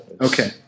Okay